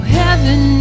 heaven